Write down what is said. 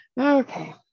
Okay